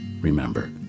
Remember